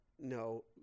No